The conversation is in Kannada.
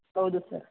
ಹೌದು ಸರ್